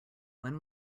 when